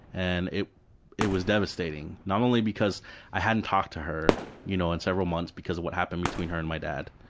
and it it was devastating, not only because i hadn't talked to her you know in several months because of what happened between her and my dad,